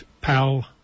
pal